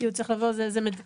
זה מוסד קבע.